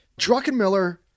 Druckenmiller